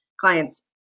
clients